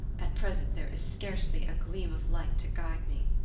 at present there is scarcely a gleam of light to guide me.